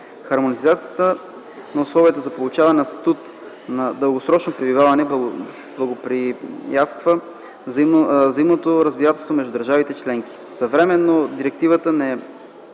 Хармонизацията на условията за получаване на статут на дългосрочно пребиваване благоприятства взаимното разбирателство между държавите членки.